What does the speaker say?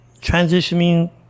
transitioning